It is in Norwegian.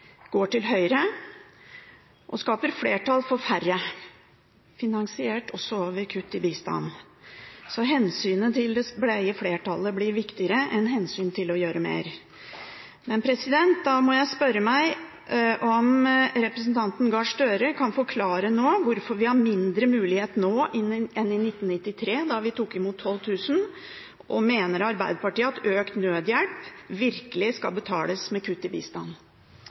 og skaper flertall for færre, finansiert over kutt i bistand. Hensynet til det brede flertallet blir viktigere enn hensynet til å gjøre mer. Da må jeg spørre om representanten Gahr Støre kan forklare hvorfor vi har mindre mulighet nå enn i 1993, da vi tok imot 12 000. Og: Mener Arbeiderpartiet at økt nødhjelp virkelig skal betales med kutt i bistand?